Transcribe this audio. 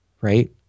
right